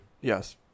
Yes